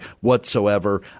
whatsoever